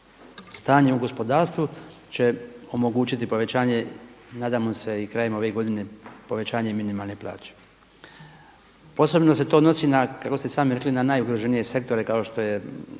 stanje u gospodarstvu će omogućiti povećanje, nadam se i krajem ove godine povećanje minimalne plaće. Posebno se to odnosi na kako ste sami rekli